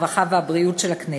הרווחה והבריאות של הכנסת.